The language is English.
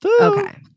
Okay